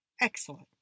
Excellent